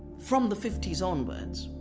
from the fifty s onwards,